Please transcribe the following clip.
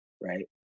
right